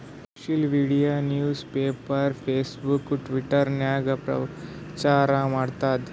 social media newspaper, Facebook, Twitter ನಾಗ್ ಪ್ರಚಾರ್ ಮಾಡ್ತುದ್